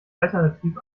alternativ